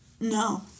no